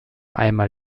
einmal